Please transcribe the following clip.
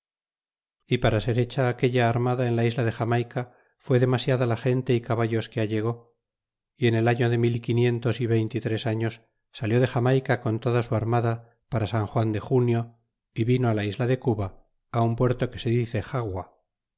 y para ser hecha aquella armada en la isla de jamayca fué demasiada la gente y caballos que allegó y en el afio de mil y quinientos y veinte y tres arios salió de jamayca con toda su armada para san juan de junio é vino la isla de cuba un puerto que se dice xagua